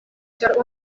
ĉar